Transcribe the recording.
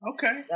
Okay